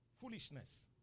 Foolishness